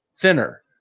thinner